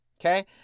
Okay